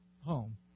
home